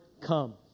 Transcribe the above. come